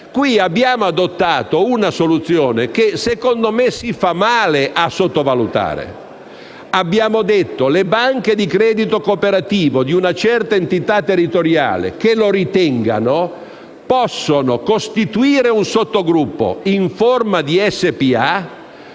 Qui abbiamo adottato una soluzione che, secondo me, si fa male a sottovalutare. Abbiamo stabilito che le banche di credito cooperativo di una certa entità territoriale che lo ritengano, possono costituire un sottogruppo in forma di